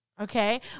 Okay